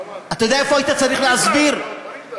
ביטן.